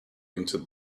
into